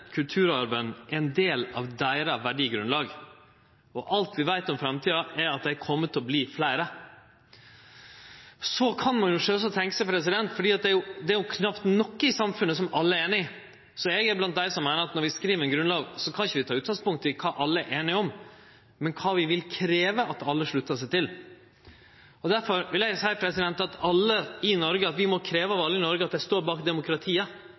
kulturarven er ein del av deira verdigrunnlag. Alt vi veit om framtida, er at det kjem til å bli fleire av dei. Det er knapt noko i samfunnet som alle er einige i. Eg er blant dei som meiner at når ein skriv ei grunnlov, kan ein ikkje ta utgangspunkt i kva alle er einige om, men kva ein vil krevje at alle sluttar seg til. Difor vil eg seie at ein må krevje av alle i Noreg at ein står bak demokratiet. Det er eg hundre prosent einig i. Og ikkje berre det: